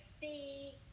see